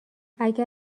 اگر